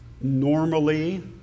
normally